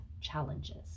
challenges